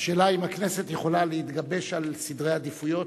השאלה היא אם הכנסת יכולה להתגבש על סדרי עדיפויות,